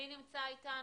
מי עוד נמצא אתנו?